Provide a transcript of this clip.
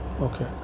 okay